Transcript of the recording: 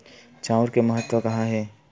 चांउर के महत्व कहां हे?